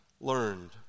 learned